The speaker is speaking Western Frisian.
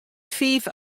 fiif